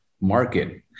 market